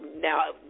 now